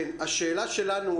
השאלה שלנו,